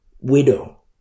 widow